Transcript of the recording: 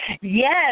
Yes